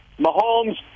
Mahomes